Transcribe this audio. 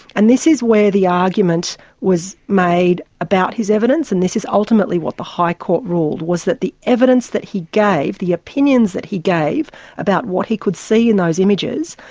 and this is where the argument was made about his evidence and this is ultimately what the high court ruled, was that the evidence that he gave, the opinions that he gave about what he could see in those images,